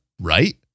right